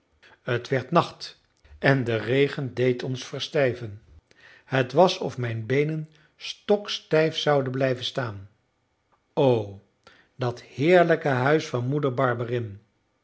het werd nacht en de regen deed ons verstijven het was of mijn beenen stokstijf zouden blijven staan o dat heerlijk huis van moeder